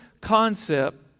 concept